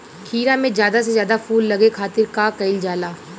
खीरा मे ज्यादा से ज्यादा फूल लगे खातीर का कईल जाला?